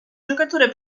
giocatore